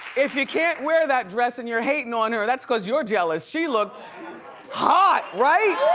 if you can't wear that dress and you're hating on her, that's cause you're jealous. she look hot, right?